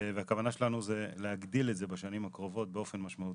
והכוונה שלנו זה להגדיל את זה בשנים הקרובות באופן משמעותי.